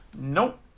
nope